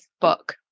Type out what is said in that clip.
book